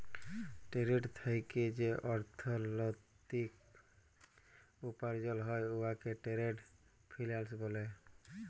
trade থ্যাইকে যে অথ্থলিতি উপার্জল হ্যয় উয়াকে টেরেড ফিল্যাল্স ব্যলে